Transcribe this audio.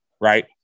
right